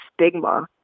stigma